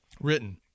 written